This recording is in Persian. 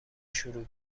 شروع